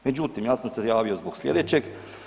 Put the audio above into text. Međutim, ja sam se javio zbog slijedećeg.